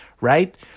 right